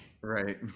Right